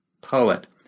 poet